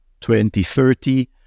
2030